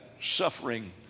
suffering